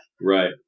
Right